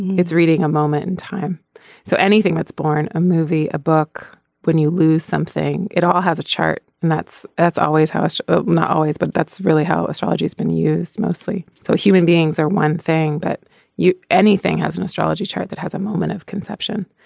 it's reading a moment in time so anything that's born a movie a book when you lose something it all has a chart. and that's that's always how so is not always. but that's really how astrology has been used mostly so human beings are one thing but you anything has an astrology chart that has a moment of conception.